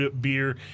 beer